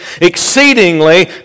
exceedingly